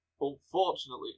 unfortunately